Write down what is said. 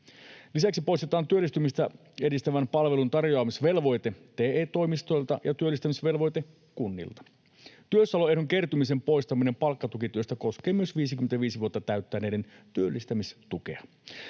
Lisäksi poistetaan työllistymistä edistävän palvelun tarjoamisvelvoite TE-toimistoilta ja työllistämisvelvoite kunnilta. Työssäoloehdon kertymisen poistaminen palkkatukityöstä koskee myös 55 vuotta täyttäneiden työllistämistukea.